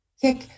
Kick